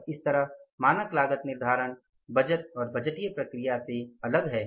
और इस तरह मानक लागत निर्धारण बजट और बजटीय प्रक्रिया से अलग है